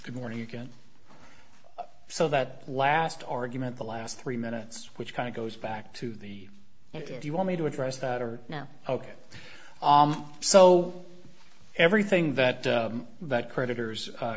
good morning you can so that last argument the last three minutes which kind of goes back to the if you want me to address that are now ok so everything that that creditors